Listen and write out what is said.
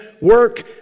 work